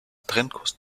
trennkost